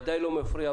ודאי לא מפריע,